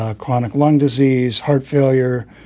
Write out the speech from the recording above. ah chronic lung disease, heart failure,